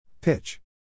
Pitch